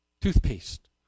toothpaste